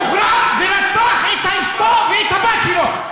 והוא שוחרר ורצח את אשתו ואת הבת שלו.